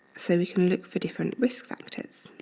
so we can look for different risk factors.